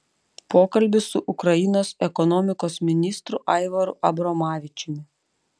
pokalbis su ukrainos ekonomikos ministru aivaru abromavičiumi